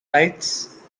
lights